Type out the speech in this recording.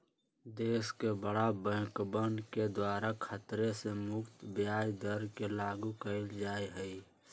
देश के बडे बैंकवन के द्वारा खतरे से मुक्त ब्याज दर के लागू कइल जा हई